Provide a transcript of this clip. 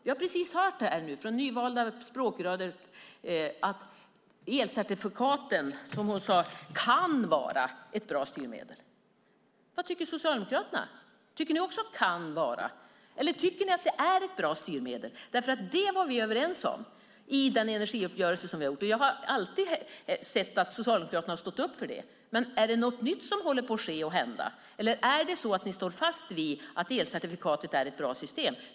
Vi har precis hört från det nyvalda språkröret att elcertifikaten, som hon sade, kan vara ett bra styrmedel. Vad tycker Socialdemokraterna? Tycker ni också " kan vara", eller tycker ni att det är ett bra styrmedel? Det var vi nämligen överens om i den energiuppgörelse vi har gjort, och jag har alltid sett att Socialdemokraterna har stått upp för det. Är det något nytt som håller på att ske och hända, eller står ni fast vid att elcertifikatet är ett bra system?